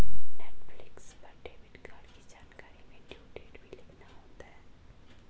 Netflix पर debit card की जानकारी में ड्यू डेट भी लिखना होता है